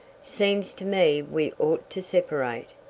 seems to me we ought to separate,